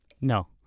No